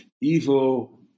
evil